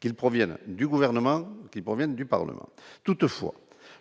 qu'ils proviennent du gouvernement qui proviennent du Parlement toutefois